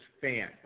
fan